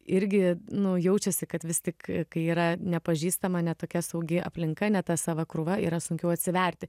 irgi nu jaučiasi kad vis tik kai yra nepažįstama ne tokia saugi aplinka ne ta sava krūva yra sunkiau atsiverti